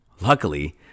Luckily